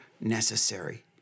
necessary